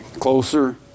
Closer